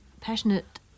passionate